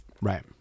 Right